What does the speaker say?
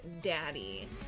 daddy